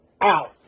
out